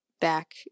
back